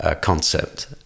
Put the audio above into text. concept